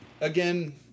again